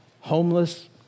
homeless